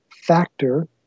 factor